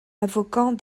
invoquant